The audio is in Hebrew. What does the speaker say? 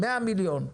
100 מיליון,